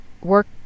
work